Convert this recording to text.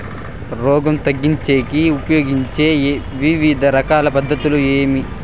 రోగం తగ్గించేకి ఉపయోగించే వివిధ రకాల పద్ధతులు ఏమి?